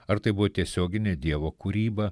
ar tai buvo tiesioginė dievo kūryba